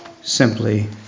simply